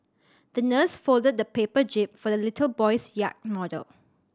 the nurse folded a paper jib for the little boy's yacht model